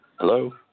Hello